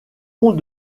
ont